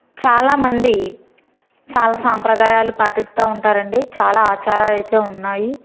చాలా మంది చాలా సాంప్రదాయాలు పాటిస్తా ఉంటారండి చాలా ఆచారాలైతే ఉన్నాయి